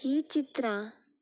हीं चित्रां